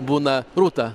būna rūta